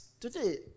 Today